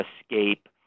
escape